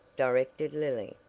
directed lily,